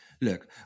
look